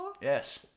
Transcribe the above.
Yes